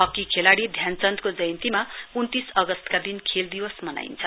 hockey खेलाड़ी ध्यान चन्दको जयन्तीमा उन्तीस अगस्तका दिन खेल दिवस मनाइन्छ